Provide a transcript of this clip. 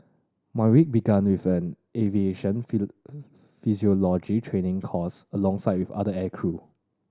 my week began with an aviation physiology training course alongside with other aircrew